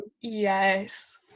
yes